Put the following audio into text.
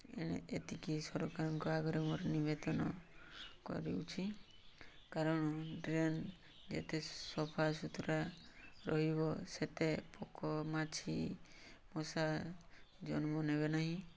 ଏଣେ ଏତିକି ସରକାରଙ୍କ ଆଗରେ ମୋର ନିବେଦନ କରୁଛି କାରଣ ଡ୍ରେନ୍ ଯେତେ ସଫା ସୁତୁରା ରହିବ ସେତେ ପୋକ ମାଛି ମଶା ଜନ୍ମ ନେବେ ନାହିଁ